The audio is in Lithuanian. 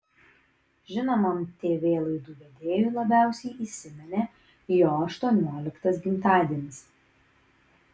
žinomam tv laidų vedėjui labiausiai įsiminė jo aštuonioliktas gimtadienis